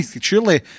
surely